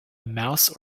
mouse